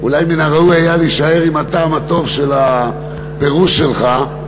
אולי מן הראוי היה להישאר עם הטעם הטוב של הפירוש שלך,